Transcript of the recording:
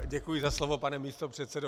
Děkuji za slovo, pane místopředsedo.